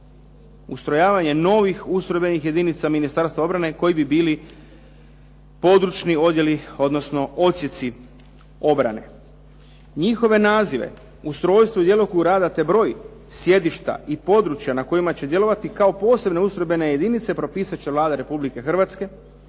ustrojavanje novih ustrojbenih jedinica Ministarstva obrane koji bi bili područni odjeli, odnosno odsjeci obrane. Njihove nazive, ustrojstvo i djelokrug rada te broj sjedišta i područja na kojima će djelovati kao posebne ustrojbene jedinice propisat će Vlada Republike Hrvatske